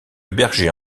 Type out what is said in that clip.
berger